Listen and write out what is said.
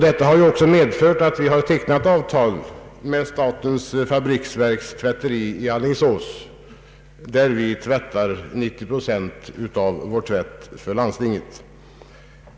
Detta har också medfört att vi har tecknat avtal med statens fabriksverks tvätteri i Alingsås, där vi tvättar 90 procent av tvätten för landstinget.